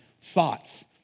thoughts